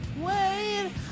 wait